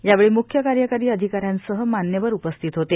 यावेळी म्ख्य कार्यकारी अधिकरयांसह मान्यवर उपस्थित होते